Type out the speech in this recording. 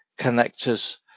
connectors